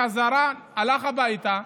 בחזרה הוא הלך הביתה,